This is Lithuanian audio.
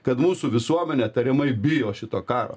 kad mūsų visuomenė tariamai bijo šito karo